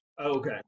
Okay